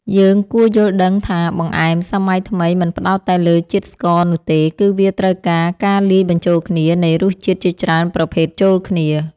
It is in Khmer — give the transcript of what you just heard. យើងគួរយល់ដឹងថាបង្អែមសម័យថ្មីមិនផ្ដោតតែលើជាតិស្ករនោះទេ គឺវាត្រូវការការលាយបញ្ចូលគ្នានៃរសជាតិជាច្រើនប្រភេទចូលគ្នា។